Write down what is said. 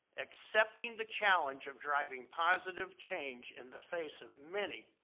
accepting the challenge of driving positive change in the face of many,